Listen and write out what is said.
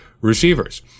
receivers